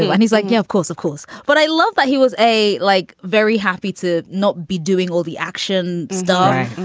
so and he's like, yeah, of course, of course. but i love that he was a like very happy to not be doing all the action star,